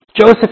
Joseph